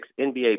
NBA